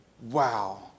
wow